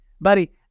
Buddy